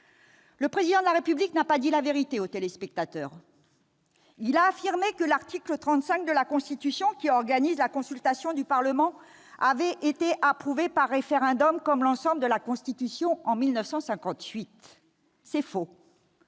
Le Président de la République n'a pas dit la vérité aux téléspectateurs : il a affirmé que l'article 35 de la Constitution, qui organise la consultation du Parlement, avait été approuvé par référendum, comme l'ensemble de la Constitution, en 1958. C'est faux !